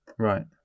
right